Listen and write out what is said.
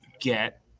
get